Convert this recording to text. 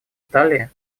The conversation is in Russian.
италии